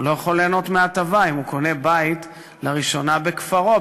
הוא לא יכול ליהנות מההטבה אם הוא קונה בית לראשונה בכפרו,